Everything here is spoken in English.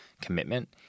commitment